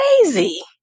crazy